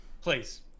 Please